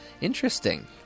Interesting